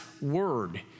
word